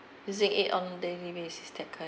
using it on daily basis that kind